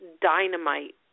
Dynamite